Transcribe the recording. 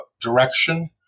direction